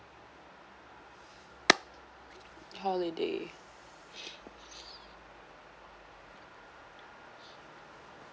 holiday